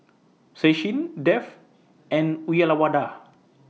Sachin Dev and Uyyalawada